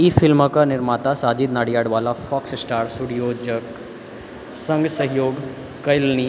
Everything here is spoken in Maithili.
ई फिल्मक निर्माता साजिद नाडियाडवाला फॉक्स स्टार स्टूडियोजक सङ्ग सहयोग कयलनि